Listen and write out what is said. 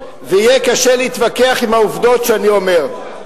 ויהיה קשה להתווכח עם העובדות שאני אומר.